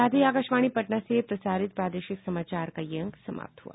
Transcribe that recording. इसके साथ ही आकाशवाणी पटना से प्रसारित प्रादेशिक समाचार का ये अंक समाप्त हुआ